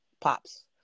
pops